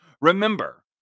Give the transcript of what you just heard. Remember